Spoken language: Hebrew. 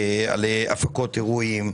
על הפקות אירועים,